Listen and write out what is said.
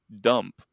dump